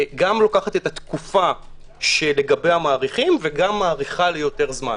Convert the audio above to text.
גם לוקחת את התקופה שלגביה מאריכים וגם מאריכה ליותר זמן.